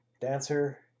dancer